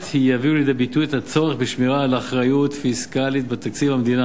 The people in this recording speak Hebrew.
יביאו לידי ביטוי את הצורך בשמירה על אחריות פיסקלית בתקציב המדינה,